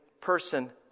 person